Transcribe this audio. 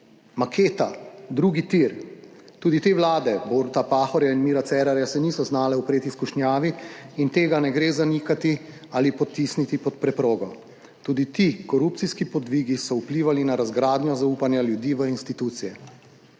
Maketa, drugi tir, tudi te vlade Boruta Pahorja in Mira Cerarja se niso znale upreti skušnjavi in tega ne gre zanikati ali potisniti pod preprogo. Tudi ti korupcijski podvigi so vplivali na razgradnjo zaupanja ljudi v institucije.